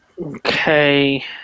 Okay